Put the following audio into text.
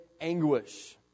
anguish